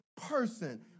person